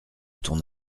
ton